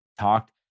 talked